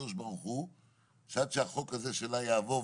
לקדוש ברוך הוא שעד שהחוק הזה שלה יעבור,